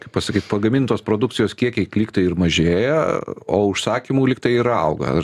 kaip pasakyt pagamintos produkcijos kiekiai lyg tai ir mažėja o užsakymų lyg tai ir auga